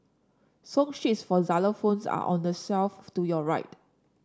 song sheets for xylophones are on the shelf to your right